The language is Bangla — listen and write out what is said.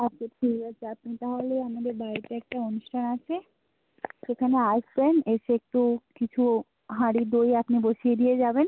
আচ্ছা ঠিক আছে আপনি তাহলে আমাদের বাড়িতে একটা অনুষ্ঠান আছে সেখানে আসবেন এসে একটু কিছু হাঁড়ি দই আপনি বসিয়ে দিয়ে যাবেন